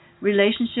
relationship